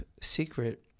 secret